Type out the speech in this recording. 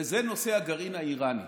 וזה נושא הגרעין האיראני.